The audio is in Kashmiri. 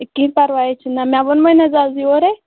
کہیٖنۍ پروٲے حظ چھُنہٕ مےٚ ووٚنمے نہ حظ آز یورے